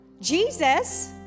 Jesus